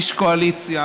איש קואליציה,